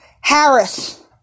Harris